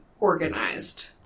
organized